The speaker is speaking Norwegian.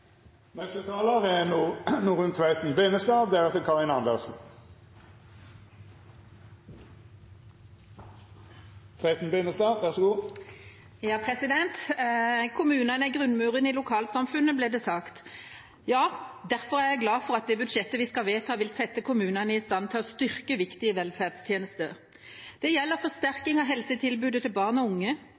er grunnmuren i lokalsamfunnet, blir det sagt. Ja, derfor er jeg glad for at det budsjettet vi skal vedta, vil sette kommunene i stand til å styrke viktige velferdstjenester. Det gjelder forsterkning av helsetilbudet til barn og unge,